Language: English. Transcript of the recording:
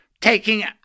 taking